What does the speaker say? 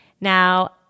Now